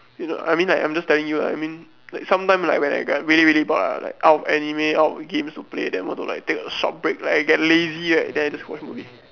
you know I mean like I'm just telling you lah I mean like sometime like when I get really really bored ah like out of anime out of games to play then want to like take a short break like I get lazy right then I just watch movie